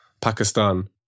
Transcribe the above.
Pakistan